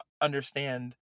understand